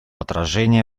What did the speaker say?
отражение